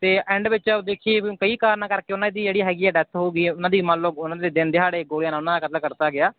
ਅਤੇ ਐਂਡ ਵਿੱਚ ਦੇਖੀਏ ਵੀ ਹੁਣ ਕਈ ਕਾਰਨ ਕਰਕੇ ਉਹਨਾਂ ਦੀ ਜਿਹੜੀ ਹੈਗੀ ਆ ਡੈਥ ਹੋ ਗਈ ਆ ਉਹਨਾਂ ਦੀ ਮੰਨ ਲਓ ਉਹਨਾਂ ਦੇ ਦਿਨ ਦਿਹਾੜੇ ਗੋਲੀਆਂ ਨਾਲ ਉਹਨਾਂ ਦਾ ਕਤਲ ਕਰਤਾ ਗਿਆ